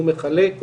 הוא מחלק,